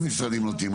באיזה משרדים נותנים?